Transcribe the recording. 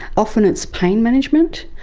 often it's pain management.